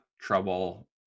trouble